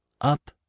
up